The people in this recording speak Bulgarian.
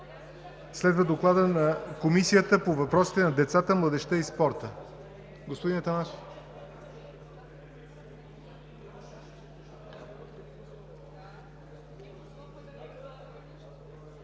Следва Докладът на Комисията по въпросите на децата, младежта и спорта.